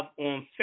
on